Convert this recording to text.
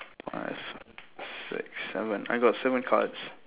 five six seven I got seven cards